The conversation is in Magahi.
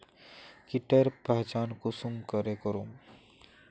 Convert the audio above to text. कीटेर पहचान कुंसम करे करूम?